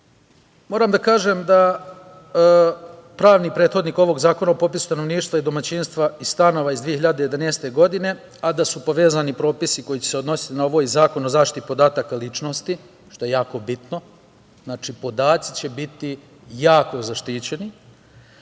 da kažem da pravni prethodnik ovog Zakona o popisu stanovništva i domaćinstva i stanova iz 2011. godine, a da su povezani propisi koji će se odnositi na ovaj Zakon o zaštiti podataka ličnosti, što je jako bitno. Znači, podaci će biti jako zaštićeni.